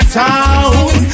town